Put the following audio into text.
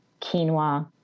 quinoa